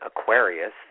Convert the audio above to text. Aquarius